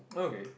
okay